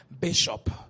Bishop